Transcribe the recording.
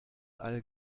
all